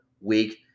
week